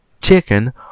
chicken